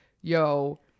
yo